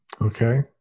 Okay